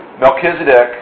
Melchizedek